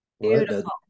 Beautiful